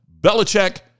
Belichick